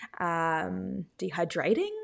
dehydrating